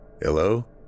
Hello